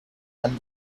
and